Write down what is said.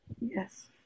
Yes